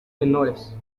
menores